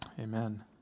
Amen